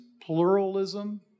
Pluralism